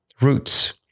roots